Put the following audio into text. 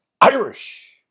Irish